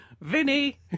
Vinny